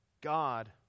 God